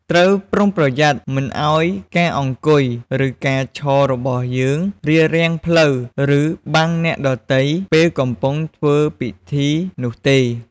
ត្រូវប្រុងប្រយ័ត្នមិនឲ្យការអង្គុយ ឬការឈររបស់យើងរារាំងផ្លូវ ឬបាំងអ្នកដទៃពេលកំពុងធ្វើពិធីនោះទេ។